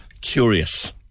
curious